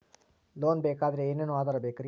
Loan ಬೇಕಾದ್ರೆ ಏನೇನು ಆಧಾರ ಬೇಕರಿ?